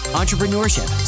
entrepreneurship